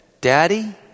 Daddy